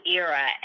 era